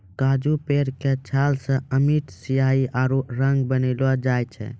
काजू पेड़ के छाल सॅ अमिट स्याही आरो रंग बनैलो जाय छै